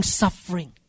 suffering